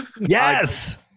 yes